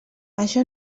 això